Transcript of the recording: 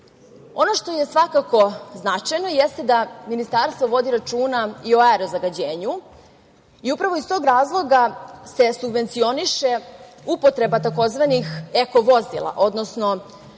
što je svakako značajno jeste da Ministarstvo vodi računa i o aero zagađenju i upravo iz tog razloga se subvencioniše upotreba tzv. eko vozila, odnosno subvencioniše